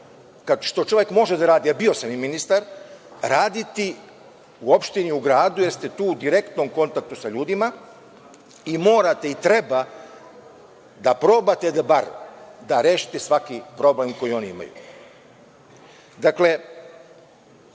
što čovek može da radi, a bio sam i ministar, raditi u opštini, u gradu, jer ste tu u direktnom kontaktu sa ljudima, i morate i treba da probate bar da rešite svaki problem koji oni imaju. Dakle,